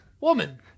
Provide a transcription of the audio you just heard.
Woman